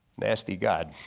nasty god.